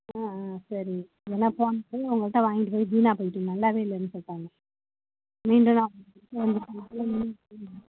ஆ ஆ சரி ஏன்னா போன தடவை உங்கள்கிட்ட வாங்கிட்டுப் போய் வீணாக போயிட்டு நல்லாவே இல்லைன்னு சொல்லிட்டாங்க